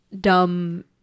dumb